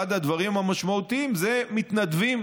אחד הדברים המשמעותיים זה מתנדבים,